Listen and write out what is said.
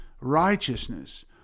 righteousness